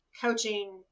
coaching